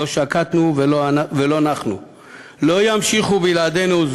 לא שקטנו ולא נחנו / לא ימשיכו בלעדינו,